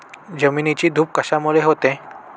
जमिनीची धूप कशामुळे होते?